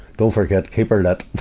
don't forget keep her lit.